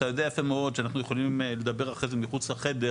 אתה יודע יפה מאוד שאנחנו יכולים לדבר אחרי זה מחוץ לחדר,